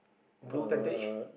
blue tentage